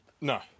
No